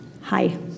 Hi